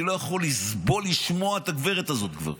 אני לא יכול לסבול לשמוע את הגברת הזאת כבר,